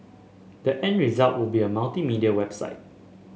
the end result will be a multimedia website